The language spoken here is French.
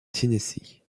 tennessee